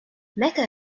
mecca